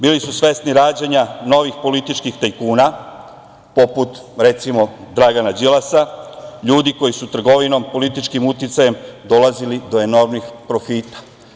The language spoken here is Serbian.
Bili su svesni rađanja novih političkih tajkuna, poput, recimo, Dragana Đilasa, ljudi koji su trgovinom političkim uticajem dolazili do enormnih profita.